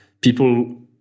people